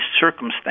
circumstance